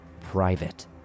Private